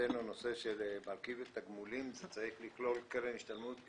מבחינתנו הנושא של מרכיב ותגמולים צריך לכלול קרן השתלמות,